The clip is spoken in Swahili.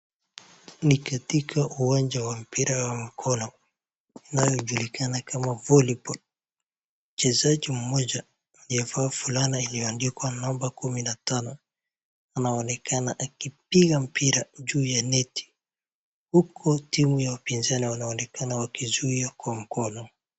Ni katika uwanja wa mpira wa mikono inayojulikana kama volleyball mchezaji mmoja aliyevaa fulana iliyo andikwa namba kumi na tano anaonekana akipiga mpira juu ya neti, huku timu ya upinzani wanaonekana wakizuia kwa mkono.